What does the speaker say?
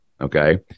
okay